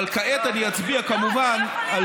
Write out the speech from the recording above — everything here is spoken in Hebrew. אבל כעת אני אצביע כמובן,